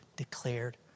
Declared